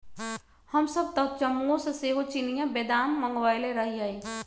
हमसभ तऽ जम्मूओ से सेहो चिनियाँ बेदाम मँगवएले रहीयइ